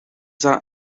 that